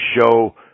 show